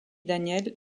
daniel